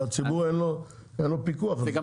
והציבור אין לו פיקוח על זה.